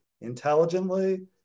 intelligently